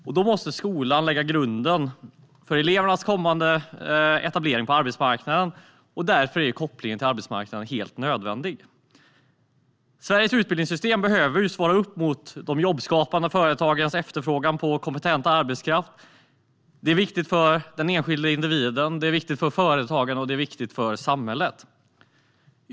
Därför måste skolan lägga grunden för elevernas kommande etablering på arbetsmarknaden, och därmed är kopplingen till arbetsmarknaden helt nödvändig. Sveriges utbildningssystem behöver svara upp mot de jobbskapande företagens efterfrågan på kompetent arbetskraft. Det är viktigt för den enskilda individen, det är viktigt för företagen och det är viktigt för samhället.